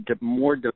more